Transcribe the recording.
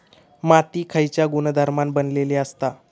माती खयच्या गुणधर्मान बनलेली असता?